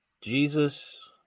Jesus